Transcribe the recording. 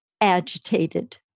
agitated